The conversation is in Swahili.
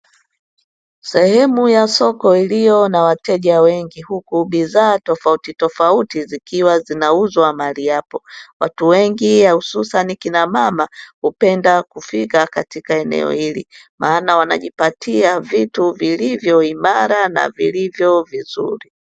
Sehemu ya soko illiyo na wateja wengi huku bidhaa tofautitofauti zikiwa zinauzwa mahali hapo. Watu wengi hususani kina mama hupenda kufika katika eneo hili maana wanajipatia vitu vilivyo imara na vilivyo vizuri.